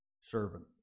servant